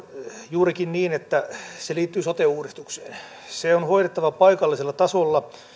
juurikin niin että se liittyy sote uudistukseen se on hoidettava paikallisella tasolla